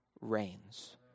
reigns